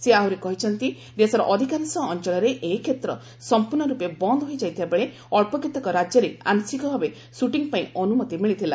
ସେ ଆହୁରି କହିଛନ୍ତି ଦେଶର ଅଧିକାଂଶ ଅଞ୍ଚଳରେ ଏହି କ୍ଷେତ୍ର ସମ୍ପର୍ଣ୍ଣ ରୂପେ ବନ୍ଦ ହୋଇଯାଇଥିବା ବେଳେ ଅଞ୍ଚକେତେକ ରାଜ୍ୟରେ ଆଂଶିକ ଭାବେ ସୁଟିଂ ପାଇଁ ଅନୁମତି ମିଳିଥିଲା